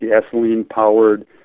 gasoline-powered